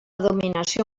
dominació